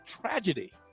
tragedy